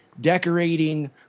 decorating